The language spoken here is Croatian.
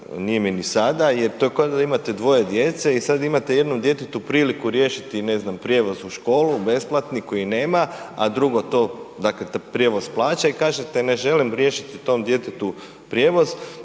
nije mi ni sada jer to je kao da imate dvoje djece i sad imate jednom djetetu priliku riješiti ne znam prijevoz u školu besplatni koji nema, a drugo to prijevoz plaća i kažete ne želim riješiti tom djetetu prijevoz